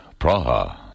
Praha